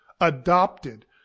Adopted